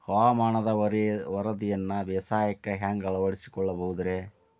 ಹವಾಮಾನದ ವರದಿಯನ್ನ ಬೇಸಾಯಕ್ಕ ಹ್ಯಾಂಗ ಅಳವಡಿಸಿಕೊಳ್ಳಬಹುದು ರೇ?